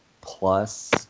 plus